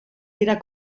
dira